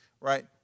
right